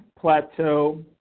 plateau